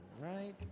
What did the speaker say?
right